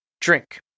drink